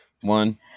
One